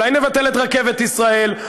אולי נבטל את רכבת ישראל?